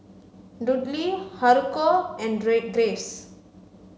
Dudley Haruko and G